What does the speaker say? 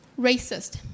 racist